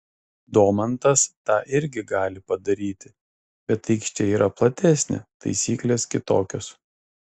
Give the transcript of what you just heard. domantas tą irgi gali padaryti bet aikštė yra platesnė taisyklės kitokios